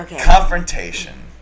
confrontation